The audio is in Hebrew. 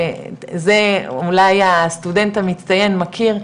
זה אולי הסטודנט המצטיין מכיר,